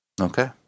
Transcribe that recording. okay